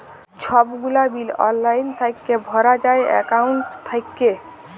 ছব গুলা বিল অললাইল থ্যাইকে ভরা যায় একাউল্ট থ্যাইকে